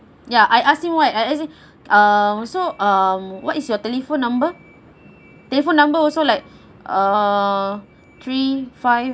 ya I asked him why I ask him um so um what is your telephone number telephone number also like err three five